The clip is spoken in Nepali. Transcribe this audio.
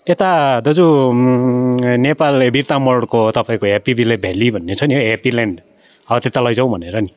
त्यता दाजु नेपाल बिर्तामोडको तपाईँको हेप्पीभिल्ले भेल्ली भन्ने छ नि हौ हेप्पी ल्याण्ड हौ त्यता लैजाउँ भनेर नि